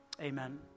Amen